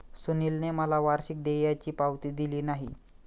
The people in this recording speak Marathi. सुनीलने मला वार्षिक देयाची पावती दिली नाही